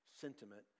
sentiment